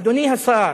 אדוני השר,